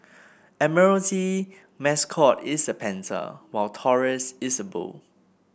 Admiralty mascot is a panther while Taurus is a bull